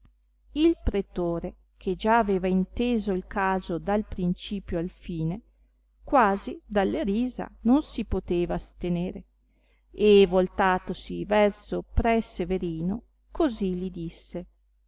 il pretore che già aveva inteso il caso dal principio al fine quasi dalle risa non si poteva astenere e voltatosi verso pre severino così li disse